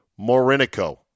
Morinico